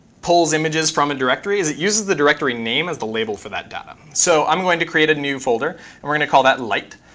pulls images from a directory as it uses the directory name as the label for that data. so i'm going to create a new folder, and we're going to call that light.